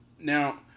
Now